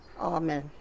Amen